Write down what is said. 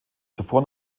zuvor